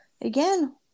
Again